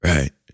Right